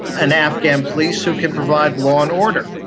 and afghan police who can provide law and order,